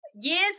Years